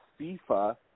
FIFA